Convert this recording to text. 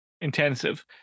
intensive